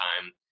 time